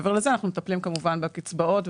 מעבר לזה אנחנו מטפלים כמובן בקצבאות,